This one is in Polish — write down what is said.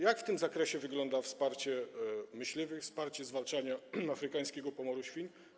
Jak w tym zakresie wygląda wsparcie myśliwych, wsparcie zwalczania afrykańskiego pomoru świń?